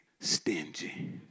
stingy